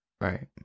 Right